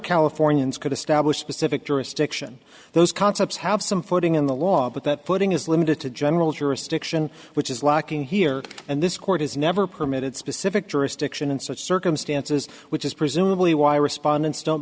californians could establish specific jurisdiction those concepts have some footing in the law but that putting is limited to general jurisdiction which is lacking here and this court has never permitted specific jurisdiction in such circumstances which is presumably why respondents don't